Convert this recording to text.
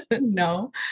No